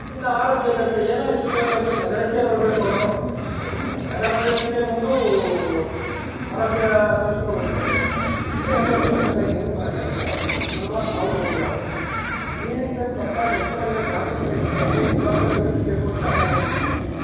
ಇನ್ನು ಆರೋಗ್ಯ ಎಲ್ಲಿರುತ್ತೆ ಏನೇ ಹೆಚ್ಚು ಕಮ್ಮಿಯಾಯಿತು ನಗರಕ್ಕೇ ಬರ್ಬೇಕು ಅವರು ನಗರ ಪ್ರದೇಶಕ್ಕೇ ಬಂದು ಆರೋಗ್ಯ ತೋರ್ಸ್ಕೊಂಡು ಹೋಗಬೇಕು ಏನೇ ಎಮರ್ಜೆನ್ಸಿ ಬಂದಾಗ ಏನು ಮಾಡೋಕ್ಕಾಗತ್ತೆ ಹಲ್ವಾರು ಸಾವು ನೋವುಗಳಾಗ್ತದೆ ಈ ನಿಟ್ನಲ್ಲಿ ಸರ್ಕಾರ್ನ ಎಚ್ಚರಗೊಂಡು ಗ್ರಾಮೀಣ ಪ್ರದೇಶಕ್ಕೆ ಅತಿ ಹೆಚ್ಚು ಸೌಕರ್ಯ ಒದಗ್ಸ್ಬೇಕು ಅಂತ ನನ್ನ ಅನಿಸಿಕೆ